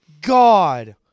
God